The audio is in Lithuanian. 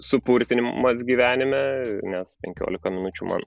supurtinimas gyvenime nes penkiolika minučių man